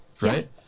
right